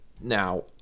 now